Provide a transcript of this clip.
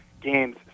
games